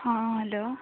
ହଁ ହ୍ୟାଲୋ